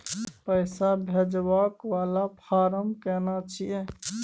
पैसा भेजबाक वाला फारम केना छिए?